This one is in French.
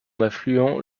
affluent